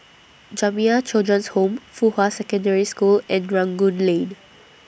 Jamiyah Children's Home Fuhua Secondary School and Rangoon Lane